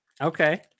Okay